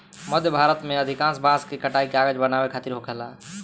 मध्य भारत में अधिकांश बांस के कटाई कागज बनावे खातिर होखेला